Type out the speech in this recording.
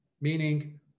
Meaning